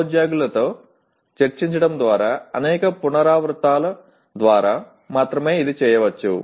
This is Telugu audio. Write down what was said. సహోద్యోగులతో చర్చించడం ద్వారా అనేక పునరావృతాల ద్వారా మాత్రమే ఇది చేయవచ్చు